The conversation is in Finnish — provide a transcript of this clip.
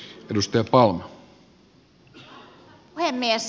arvoisa puhemies